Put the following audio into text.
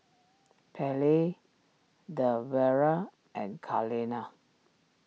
Pairlee Debera and Carlene